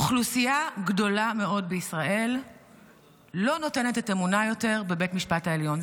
אוכלוסייה גדולה מאוד בישראל לא נותנת את אמונה יותר בבית המשפט העליון.